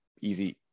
easy